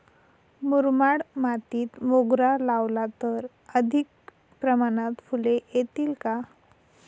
मुरमाड मातीत मोगरा लावला तर अधिक प्रमाणात फूले येतील का?